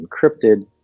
encrypted